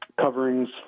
coverings